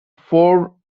four